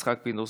יצחק פינדרוס,